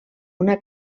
una